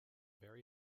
very